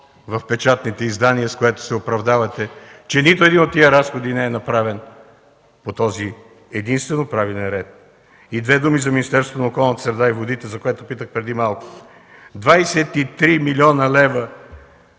в печатните издания, с което се оправдавате, че нито един от тези разходи не е направен по този единствено правилен ред. Двете думи за Министерството на околната среда и водите, за което питах преди малко. Двадесет